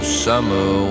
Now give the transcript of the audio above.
summer